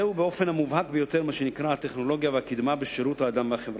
זה באופן המובהק ביותר מה שנקרא הטכנולוגיה והקדמה בשירות האדם והחברה,